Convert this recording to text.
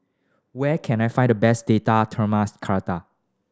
where can I find the best Date Tamarind Chutney